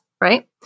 Right